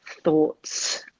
thoughts